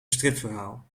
stripverhaal